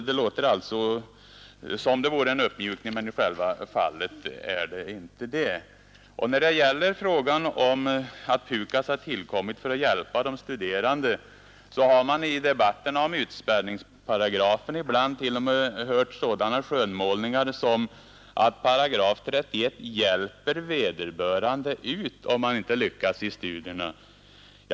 Det låter alltså som om det vore fråga om en uppmjukning, men i själva verket är det inte det. Och när det gäller frågan om att PUKAS har tillkommit för att hjälpa de studerande har vi i debatterna om utspärrningsparagrafen ibland t.o.m. hört sådana skönmålningar som att 31 § ”hjälper vederbörande ut”, om han inte lyckas i studierna.